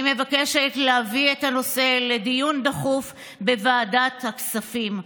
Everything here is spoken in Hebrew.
אני מבקשת להביא את הנושא לדיון דחוף בוועדת הכספים.